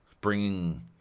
bringing